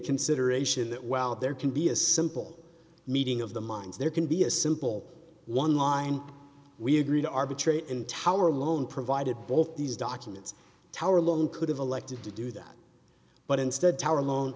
consideration that while there can be a simple meeting of the minds there can be a simple one line we agreed to arbitrate in tower alone provided both these documents tower alone could have elected to do that but instead tower alone